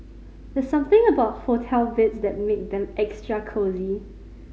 there's something about hotel beds that make them extra cosy